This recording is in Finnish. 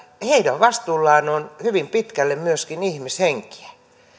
heidän vastuullaan on hyvin pitkälle myöskin ihmishenkiä